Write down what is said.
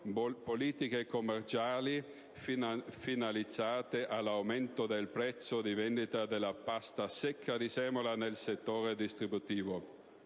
politiche commerciali finalizzate all'aumento del prezzo di vendita della pasta secca di semola nel settore distributivo.